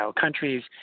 countries